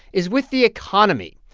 is with the economy.